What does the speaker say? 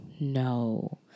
no